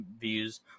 views